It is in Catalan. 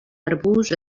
arbust